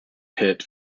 hit